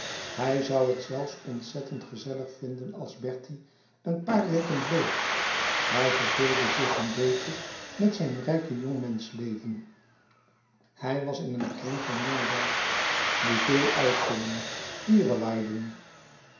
hij zoû het zelfs ontzettend gezellig vinden als bertie een paar weken bleef hij verveelde zich een beetje met zijn rijke jongmensch leven hij was in een kring van jongelui die veel uitgingen